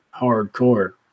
hardcore